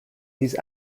these